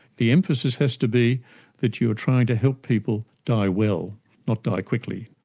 the emphasis has to be that you're trying to help people die well not die quickly.